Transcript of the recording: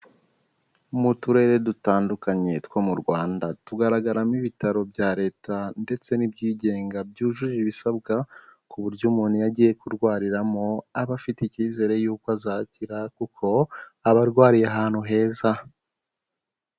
Mu turere dutandukanye two mu Rwanda, tugaragaramo ibitaro bya Leta ndetse n'ibyigenga byujuje ibisabwa ku buryo umuntu iyo agiye kurwariramo aba afite icyizere yuko azakira kuko aba arwariye ahantu heza.